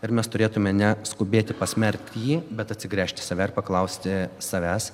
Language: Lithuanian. ir mes turėtume ne skubėti pasmerkti jį bet atsigręžt į save ir paklausti savęs